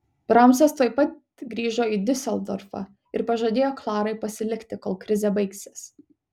bramsas tuoj pat grįžo į diuseldorfą ir pažadėjo klarai pasilikti kol krizė baigsis